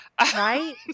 Right